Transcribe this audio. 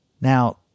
Now